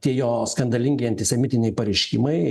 tie jo skandalingi antisemitiniai pareiškimai